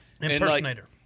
Impersonator